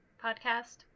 podcast